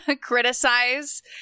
criticize